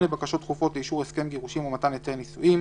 (8) בקשות דחופות לאישור הסכם גירושין או מתן היתר נישואין,